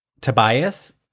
Tobias